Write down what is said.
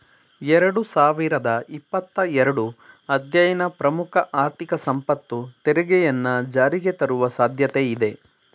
ಎರಡು ಸಾವಿರದ ಇಪ್ಪತ್ತ ಎರಡು ಅಧ್ಯಯನ ಪ್ರಮುಖ ಆರ್ಥಿಕ ಸಂಪತ್ತು ತೆರಿಗೆಯನ್ನ ಜಾರಿಗೆತರುವ ಸಾಧ್ಯತೆ ಇದೆ